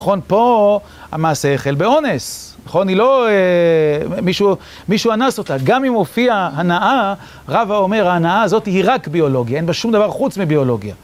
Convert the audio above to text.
נכון פה המעשה החל באונס, נכון היא לא, מישהו אנס אותה, גם אם הופיעה הנאה רב האומר ההנאה הזאת היא רק ביולוגיה, אין בה שום דבר חוץ מביולוגיה.